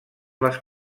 les